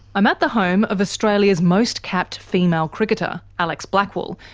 i'm at the home of australia's most capped female cricketer, alex blackwell,